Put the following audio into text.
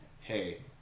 hey